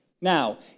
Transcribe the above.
Now